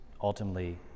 ultimately